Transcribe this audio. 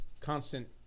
constant